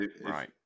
right